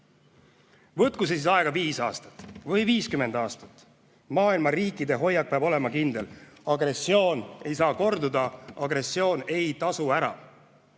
Võtku see aega 5 aastat või 50 aastat, maailma riikide hoiak peab olema kindel: agressioon ei tohi korduda, agressioon ei tasu ära.